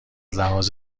لحاظ